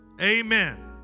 Amen